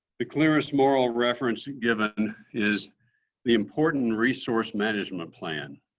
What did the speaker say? the clearest moral reference and given is the important resource management plan.